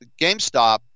GameStop